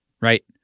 right